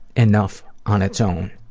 enough on its own.